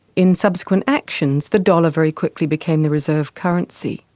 in subsequent actions, the dollar very quickly became the reserve currency.